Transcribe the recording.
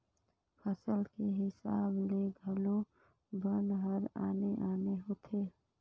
फसल के हिसाब ले घलो बन हर आने आने होथे